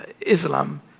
Islam